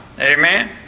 Amen